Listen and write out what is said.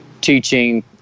teaching